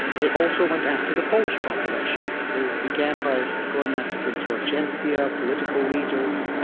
they also went after the polish population. they began by going after the intelligentsia, political leaders,